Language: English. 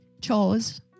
Chores